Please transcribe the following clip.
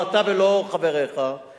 לא הפקחים